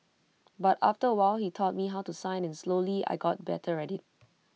but after A while he taught me how to sign and slowly I got better at IT